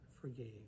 forgave